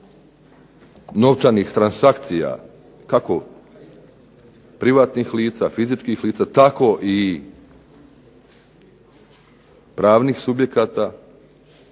novčanih transakcija kako privatnih lica, fizičkih lica tako i pravnih subjekata,